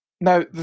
Now